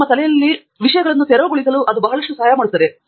ನಿಮ್ಮ ತಲೆಯಲ್ಲಿ ವಿಷಯಗಳನ್ನು ತೆರವುಗೊಳಿಸಲು ಬಹಳಷ್ಟು ಸಹಾಯ ಮಾಡುತ್ತದೆ